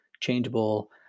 changeable